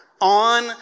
on